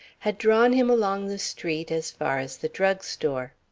had drawn him along the street as far as the drug store.